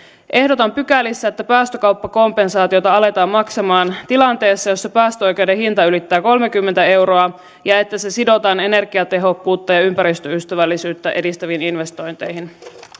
ehdotan pykälissä että päästökauppakompensaatiota aletaan maksamaan tilanteessa jossa päästöoikeuden hinta ylittää kolmekymmentä euroa ja että se sidotaan energiatehokkuutta ja ympäristöystävällisyyttä edistäviin investointeihin